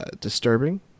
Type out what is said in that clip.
disturbing